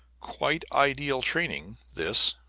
quite ideal training, this,